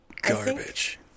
garbage